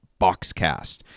BoxCast